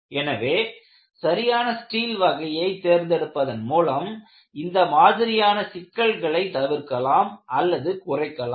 எனவே சரியான ஸ்டீல் வகையை தேர்ந்தெடுப்பதன் மூலம் இந்த மாதிரியான சிக்கல்களை தவிர்க்கலாம் அல்லது குறைக்கலாம்